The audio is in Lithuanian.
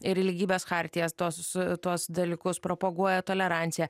ir į lygybės chartijas tuos tuos dalykus propaguoja toleranciją